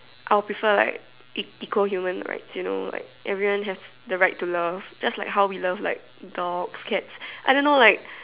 I'll prefer like equal humans right you know like everyone have the right to love just like how we love like dogs cats I don't know like